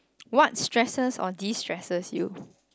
what stresses or de stresses you